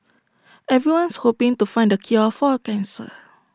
everyone's hoping to find the cure for cancer